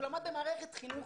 שלמד במערכת חינוך